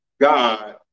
God